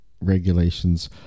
regulations